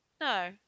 no